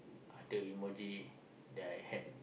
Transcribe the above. other emoji that I had